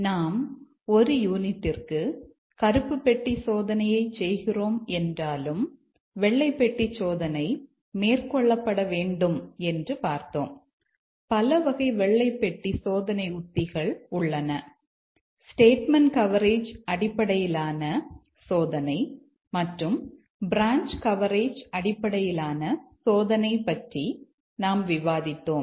நாம் ஒரு யூனிட்டிற்கு கவரேஜ் அடிப்படையிலான சோதனை பற்றி நாம் விவாதித்தோம்